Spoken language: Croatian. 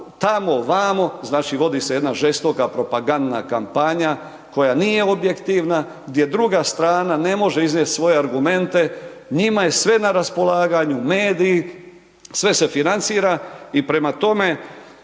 tamo, vamo, znači vodi se jedna žestoka propagandna kampanja koja nije objektivna, gdje druga strana ne može iznijet svoje argumente, njima je sve na raspolaganju, mediji, sve se financira i prema tome,